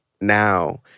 now